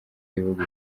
y’ibihugu